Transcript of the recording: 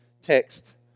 text